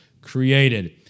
created